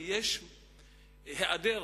על העדר